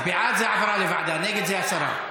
בעד, זה העברה לוועדה, נגד, זה הסרה.